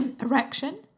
erection